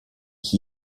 ich